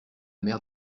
mer